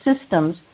systems